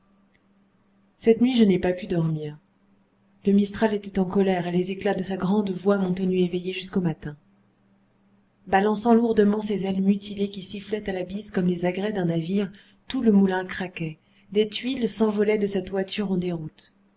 cette nuit je n'ai pas pu dormir le mistral était en colère et les éclats de sa grande voix m'ont tenu éveillé jusqu'au matin balançant lourdement ses ailes mutilées qui sifflaient à la bise comme les agrès d'un navire tout le moulin craquait des tuiles s'envolaient de sa toiture en déroute